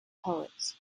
poets